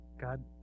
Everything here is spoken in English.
God